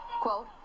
quote